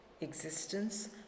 existence